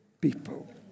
people